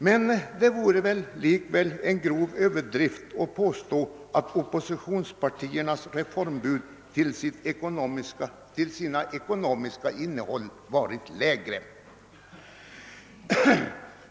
Men det vore en grov överdrift att påstå att oppositionspartiernas reformbud till sitt ekonomiska innehåll varit lägre.